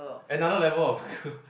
another level of